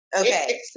Okay